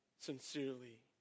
Sincerely